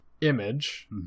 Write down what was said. image